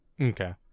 Okay